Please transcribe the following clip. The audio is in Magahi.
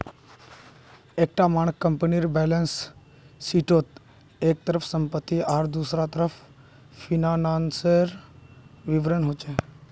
एक टा मानक कम्पनीर बैलेंस शीटोत एक तरफ सम्पति आर दुसरा तरफ फिनानासेर विवरण होचे